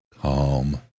Calm